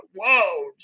Whoa